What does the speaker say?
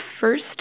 first